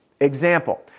Example